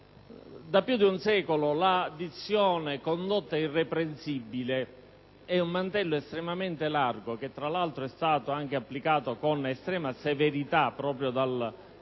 Da più di un secolo la dizione «condotta irreprensibile» è un mantello estremamente largo, che tra l'altro è stato anche applicato con estrema severità proprio dal